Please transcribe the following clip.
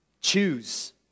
choose